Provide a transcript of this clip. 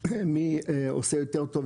מי עושה יותר טוב,